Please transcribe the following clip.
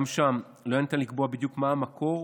גם שם לא ניתן לקבוע בדיוק מה המקור.